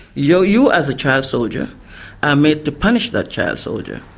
you know you as a child soldier are made to punish that child soldier,